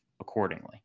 accordingly